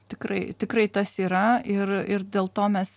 tikrai tikrai tas yra ir ir dėl to mes